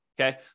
okay